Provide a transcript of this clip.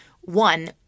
one